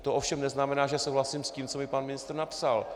To ovšem neznamená, že souhlasím s tím, co mi pan ministr napsal.